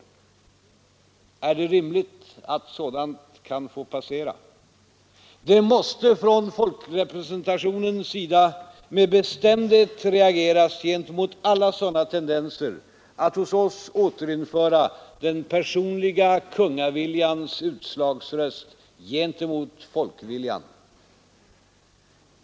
Är det rimligt att sådant kan få passera? Det måste från folkrepresentationens sida med bestämdhet reageras gentemot alla sådana tendenser att hos oss återinföra den personliga kungaviljans utslagsröst gentemot folkviljan.